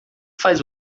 faz